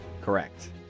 Correct